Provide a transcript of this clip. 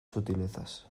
sutilezas